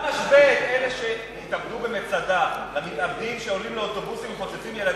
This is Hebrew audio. אתה משווה את המתאבדים במצדה למתאבדים שעולים לאוטובוסים והורגים ילדים?